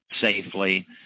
safely